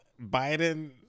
Biden